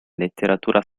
letteratura